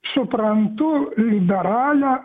suprantu liberalią